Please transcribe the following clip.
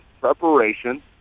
preparation